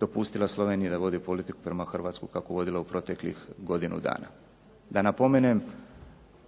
dopustila Sloveniji da vodi politiku prema Hrvatskoj kako je vodila u proteklih godinu dana. Da napomenem,